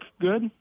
good